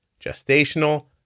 gestational